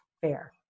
fair